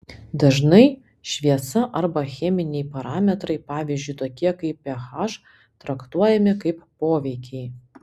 dažnai šviesa arba cheminiai parametrai pavyzdžiui tokie kaip ph traktuojami kaip poveikiai